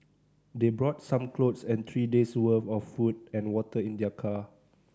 they brought some clothes and three days' worth of food and water in their car